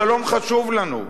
השלום חשוב לנו,